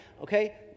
Okay